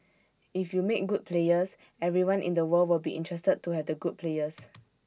if you make good players everyone in the world will be interested to have the good players